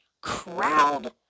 crowd